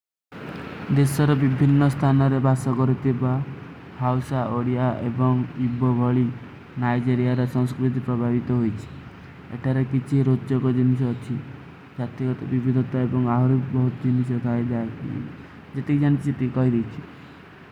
ଦେଶ ସର ଵିଭୀନ ସ୍ଥାନାରେ ବାସ ସଗରତେ ବା, ହାଉସା, ଓଡିଯା, ଏବଂଗ, ଇବ୍ବଭଲୀ, ନାଈଜରିଯା ରା ସଂସ୍କୁର୍ଵିତ ପ୍ରଭାଵିତ ହୋଈଚ। ଏଟାରେ କିଛୀ ରୋଚ୍ଚୋ କୋ ଜୀନିଷ ହୋଚୀ, ଜାତୀଗାତ ଵିଭୀଦତ ଏବଂଗ ଆହରେ ବହୁତ ଜୀନିଷୋ ଖାଈ ଜାଏଗେ। ଜତୀ ଜାନତୀ ଜୀତୀ କୋଈ ଦୀଚୀ।